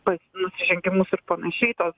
pas nusižengimus ir panašiai tos